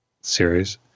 series